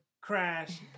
crash